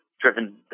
driven